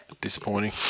Disappointing